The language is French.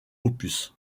opus